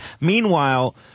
Meanwhile